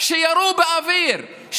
שירו באוויר,